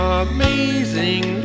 amazing